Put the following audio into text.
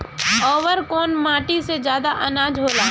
अवर कौन माटी मे अच्छा आनाज होला?